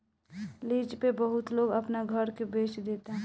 lease पे बहुत लोग अपना घर के बेच देता